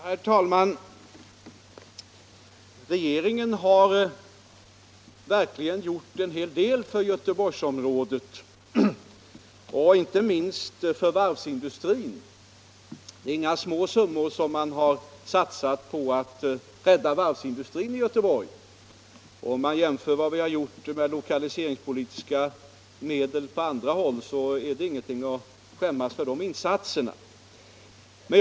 Herr talman! Regeringen har verkligen gjort en hel del för Göteborgsområdet, inte minst för varvsindustrin. Det är inga små summor vi har satsat på att rädda den. Om man jämför med vad vi har gjort med lokaliseringspolitiska medel på andra håll, ser man att de insatserna inte är något att skämmas för.